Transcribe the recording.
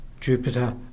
Jupiter